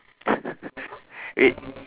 wait